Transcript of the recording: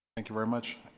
thank you very much.